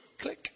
click